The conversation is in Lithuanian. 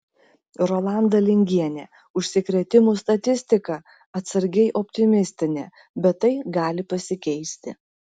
rolanda lingienė užsikrėtimų statistika atsargiai optimistinė bet tai gali pasikeisti